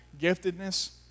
giftedness